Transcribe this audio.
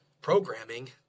programming